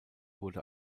wurde